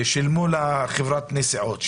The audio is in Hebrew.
שילמו לחברת נסיעות,